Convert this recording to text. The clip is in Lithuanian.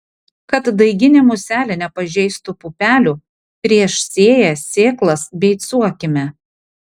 kad daiginė muselė nepažeistų pupelių prieš sėją sėklas beicuokime